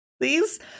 please